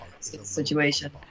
situation